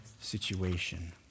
situation